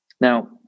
Now